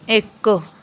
ਇੱਕ